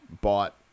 bought